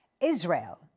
israel